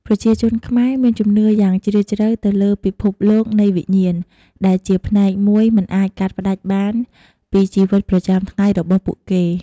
ប្រជាជនខ្មែរមានជំនឿយ៉ាងជ្រាលជ្រៅទៅលើពិភពលោកនៃវិញ្ញាណ ដែលជាផ្នែកមួយមិនអាចកាត់ផ្ដាច់បានពីជីវិតប្រចាំថ្ងៃរបស់ពួកគេ។